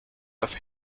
dass